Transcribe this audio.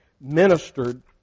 ministered